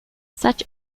such